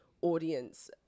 Audience